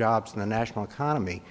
jobs in the national economy